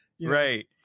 right